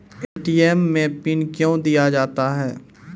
ATM मे pin कयो दिया जाता हैं?